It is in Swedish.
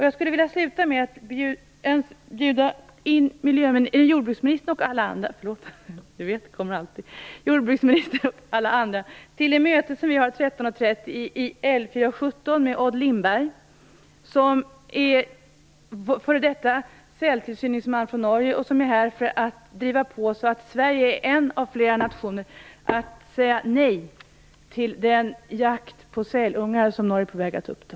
Jag skulle vilja sluta med bjuda in jordbruksministern och alla andra till det möte som vi har med Odd Lindberg kl 13.30 i rum L 4:17 här i riksdagshuset. Han är f.d. fälttillsyningsman från Norge och är här för att driva på så att Sverige blir en av flera nationer som säger nej till den jakt på sälungar som Norge är på väg att återuppta.